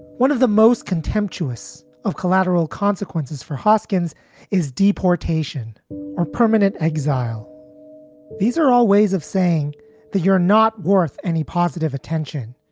one of the most contemptuous of collateral consequences for hoskins is deportation or permanent exile these are all ways of saying you're not worth any positive attention.